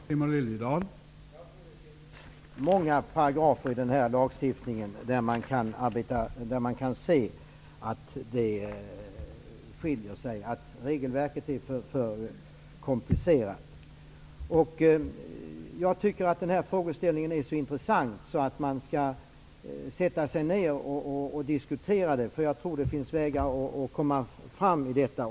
Herr talman! Jag tror att det finns många paragrafer i denna lagstiftning där man kan se att det skiljer mellan större företag och mindre. Regelverket är för komplicerat. Denna frågeställning är så intressant att vi borde sätta oss ned och diskutera den. Jag tror att det finns vägar för detta.